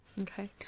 Okay